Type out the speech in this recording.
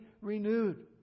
renewed